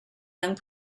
young